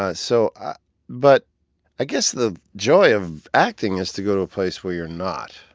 ah so ah but i guess the joy of acting is to go to a place where you're not,